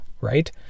right